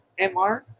Mr